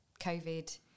COVID